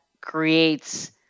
creates